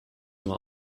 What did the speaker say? nur